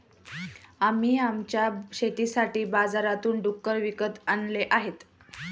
आम्ही आमच्या शेतासाठी बाजारातून डुक्कर विकत आणले आहेत